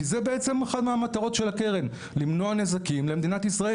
כי זאת בעצם אחת מהמטרות של הקרן למנוע נזקים למדינת ישראל.